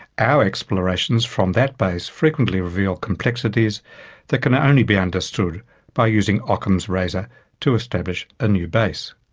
our explorations from that base frequently reveal complexities that can only be understood by using ockham's razor to establish a new base.